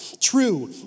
True